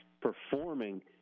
performing